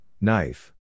knife